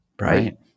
right